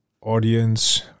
audience